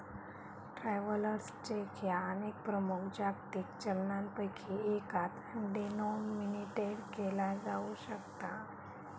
travellers cheque ह्या अनेक प्रमुख जागतिक चलनांपैकी एकात डिनोमिनेटेड केला जाऊ शकता